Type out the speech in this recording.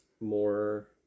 more